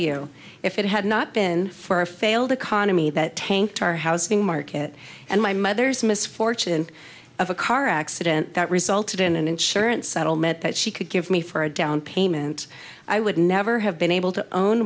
you if it had not been for a failed economy that tanked our housing market and my mother's misfortune of a car accident that resulted in an insurance settlement that she could give me for a down payment i would never have been able to own